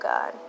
God